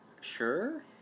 Sure